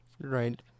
Right